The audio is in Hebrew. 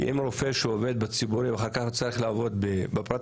כי אם רופא שעובד בציבורי ואחר כך רוצה ללכת לעבוד בפרטי,